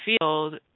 field